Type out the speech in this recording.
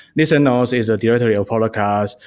listen notes is a directory of podcast.